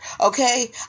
Okay